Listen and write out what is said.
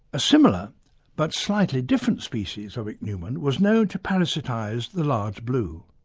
a similar but slightly different species of ichneumon was known to parasitise the large blue.